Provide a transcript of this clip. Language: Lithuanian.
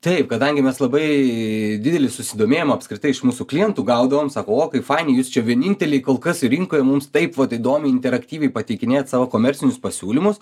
taip kadangi mes labai didelį susidomėjimą apskritai iš mūsų klientų gaudavom sako o kaip fainiai jūs čia vieninteliai kol kas rinkoje mums taip vat įdomu interaktyviai pateikinėjat savo komercinius pasiūlymus